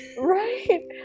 Right